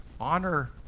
Honor